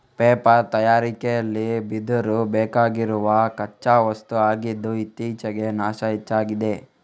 paper ತಯಾರಿಕೆಲಿ ಬಿದಿರು ಬೇಕಾಗಿರುವ ಕಚ್ಚಾ ವಸ್ತು ಆಗಿದ್ದು ಇತ್ತೀಚೆಗೆ ನಾಶ ಹೆಚ್ಚಾಗಿದೆ